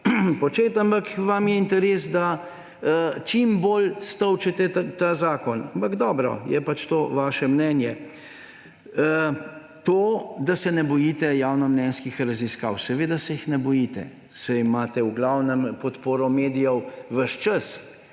početi, ampak vam je interes, da čim bolj stolčete ta zakon. Ampak dobro, je pač to vaše mnenje. To, da se ne bojite javnomnenjskih raziskav – seveda se jih ne bojite, saj imate v glavnem podporo medijev ves čas.